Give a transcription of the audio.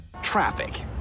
traffic